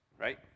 right